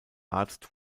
arzt